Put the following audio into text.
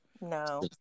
No